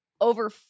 Over